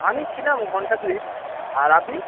আমি ছিলাম ঘণ্টা দুয়েক আর আপনি